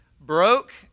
broke